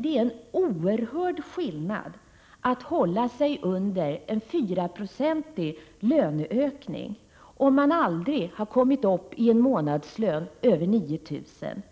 Det är en oerhörd skillnad att hålla sig under en 4-procentig löneökning om man aldrig har kommit uppien månadslön över 9 000 kr.